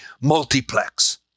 multiplex